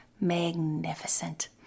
Magnificent